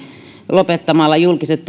lopettamalla julkiset